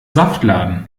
saftladen